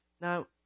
Now